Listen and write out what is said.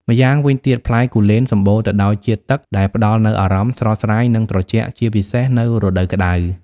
ម្យ៉ាងវិញទៀត ផ្លែគូលែនសម្បូរទៅដោយជាតិទឹក ដែលផ្ដល់នូវអារម្មណ៍ ស្រស់ស្រាយ និងត្រជាក់ ជាពិសេសនៅរដូវក្ដៅ។